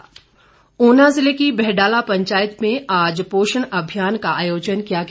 सतपाल सत्ती ऊना जिले की बहडाला पंचायत में आज पोषण अभियान का आयोजन किया गया